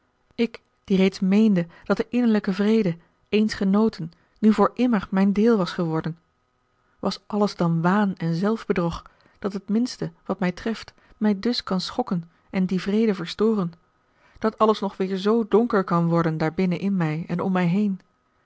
ik die reeds meende dat de innerlijke vrede eens genoten nu voor immer mijn deel was geworden was alles dan waan en zelfbedrog dat het minste wat mij treft mij dus kan schokken en dien vrede verstoren dat alles nog weêr z donker kan worden daarbinnen in mij en om mij heen